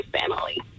family